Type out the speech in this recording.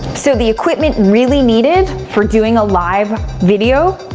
so the equipment really needed for doing a live video,